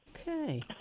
Okay